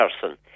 person